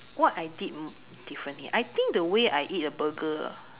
what I did mm differently I think the way I eat a burger